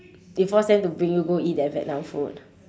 you force them to bring you go eat that vietnam food